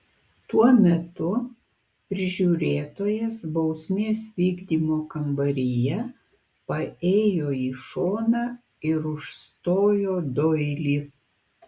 tuo metu prižiūrėtojas bausmės vykdymo kambaryje paėjo į šoną ir užstojo doilį